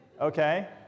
Okay